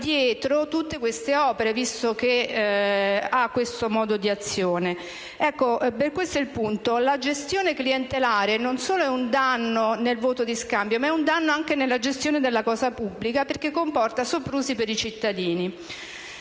dietro tutte queste opere, visto che ha questo modo di agire. Questo è il punto: la gestione clientelare non solo è un danno nel voto di scambio, ma è un danno anche nella gestione della cosa pubblica perché comporta soprusi per i cittadini.